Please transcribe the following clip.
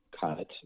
cut